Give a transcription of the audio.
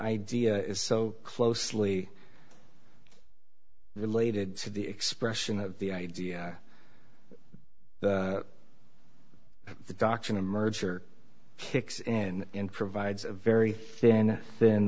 idea is so closely related to the expression of the idea that the doctrine of merger kicks in and provides a very thin thin